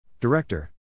Director